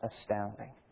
astounding